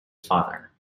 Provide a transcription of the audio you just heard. father